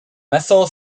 methyl